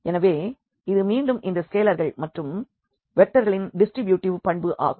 எனவே இது மீண்டும் இந்த ஸ்கேலர்கள் மற்றும் வெக்டார்களின் டிஸ்ட்ரிபியூட்டிவ் பண்பு ஆகும்